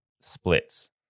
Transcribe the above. splits